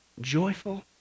joyful